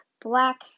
black